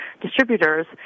distributors